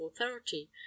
authority